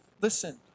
Listen